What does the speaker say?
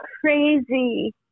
crazy